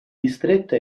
distretto